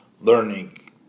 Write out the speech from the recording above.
learning